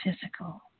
physical